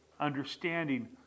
understanding